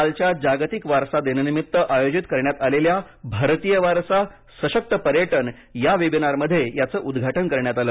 कालच्या जागतिक वारसा दिनानिमित्त आयोजित करण्यात आलेल्या भारतीय वारसा सशक्त पर्यटन या वेबिनारमध्ये याचं उद्घाटन करण्यात आलं